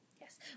Yes